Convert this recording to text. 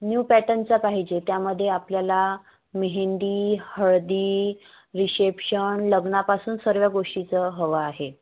new पॅटर्नचा पाहिजे त्यामध्ये आपल्याला मेहेंदी हळदी रिशेप्शन लग्नापासून सर्व गोष्टीचं हवं आहे